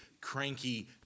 cranky